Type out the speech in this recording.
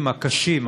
הקיצוצים הקשים,